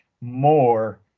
more